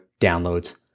downloads